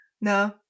no